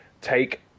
take